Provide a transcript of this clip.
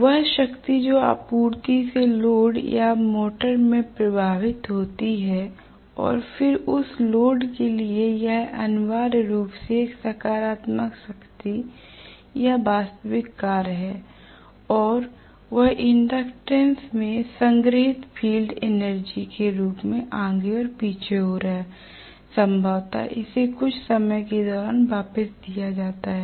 वह शक्ति जो आपूर्ति से लोड या मोटर में प्रवाहित होती है और फिर उस लोड के लिए वह अनिवार्य रूप से एक सकारात्मक शक्ति या वास्तविक कार्य है और वह इंडक्टेंस में संग्रहीत फील्ड एनर्जी के रूप में आगे और पीछे हो रहा है संभवत इसे कुछ समय के दौरान वापस दिया जाता है